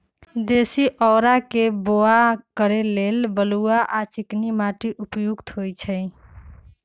देशी औरा के बाओ करे लेल बलुआ आ चिकनी माटि उपयुक्त होइ छइ